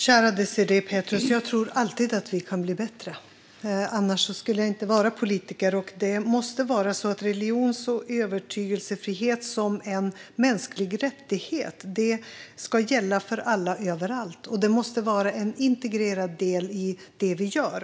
Herr talman! Kära Désirée Pethrus: Jag tror alltid att vi kan bli bättre. Annars skulle jag inte vara politiker. Det måste vara så att religions och övertygelsefrihet som en mänsklig rättighet ska gälla för alla överallt. Det måste vara en integrerad del i det vi gör.